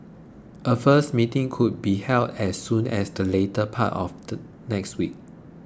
a first meeting could be held as soon as the latter part of the next week